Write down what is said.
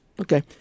Okay